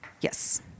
Yes